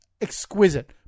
Exquisite